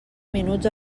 minuts